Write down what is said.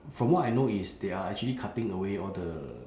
from what I know is they are actually cutting away all the